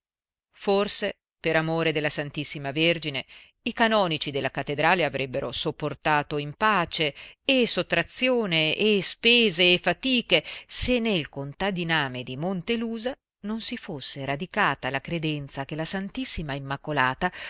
forse per amore della ss vergine i canonici della cattedrale avrebbero sopportato in pace e sottrazione e spese e fatiche se nel contadiname di montelusa non si fosse radicata la credenza che la ss immacolata